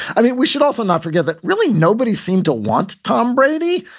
i mean, we should also not forget that really nobody seemed to want tom brady.